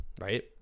Right